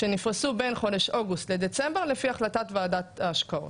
שנפרסו בין חודש אוגוסט לדצמבר לפי החלטת ועדת ההשקעות.